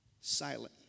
silent